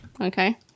Okay